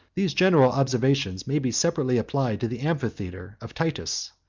these general observations may be separately applied to the amphitheatre of titus,